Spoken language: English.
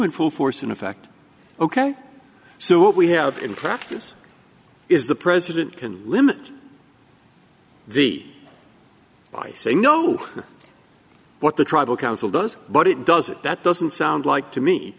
in full force and effect ok so what we have in practice is the president can limit the by saying no what the tribal council does but it doesn't that doesn't sound like to me